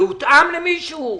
זה הותאם למישהו?